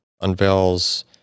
unveils